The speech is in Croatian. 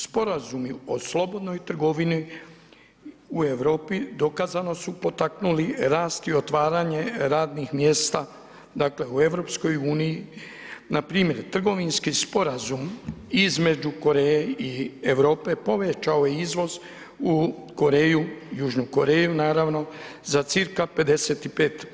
Sporazumi o slobodnoj trgovini u Europi dokazano su potaknuli rast i otvaranje radnih mjesta, dakle u EU na primjer trgovinski sporazum između Koreje i Europe povećao je izvoz u Koreju, južnu Koreju naravno za cirka 55%